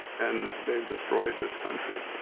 and they've destroyed this country.